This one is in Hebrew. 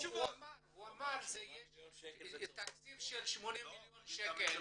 הוא אמר שיש תקציב של שמונה מיליון שקל,